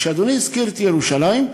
אז כשאדוני הזכיר את ירושלים,